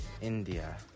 India